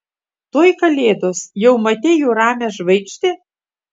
tuoj kalėdos jau matei jų ramią žvaigždę